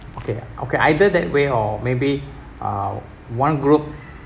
okay okay either that way or maybe uh one group